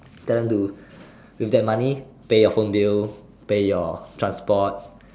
tell them to with that money pay your phone bill pay your transport